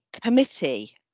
committee